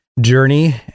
journey